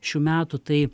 šių metų tai